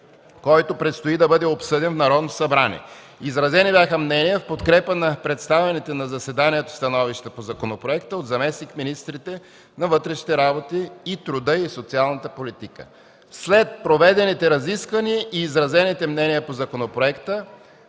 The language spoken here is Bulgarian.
който предстои да бъде обсъден в Народното събрание. Изразени бяха мнения в подкрепа на представените на заседанието становища по законопроекта от заместник-министрите на вътрешните работи и труда и социалната политика. След проведените разисквания и изразените мнения по законопроекта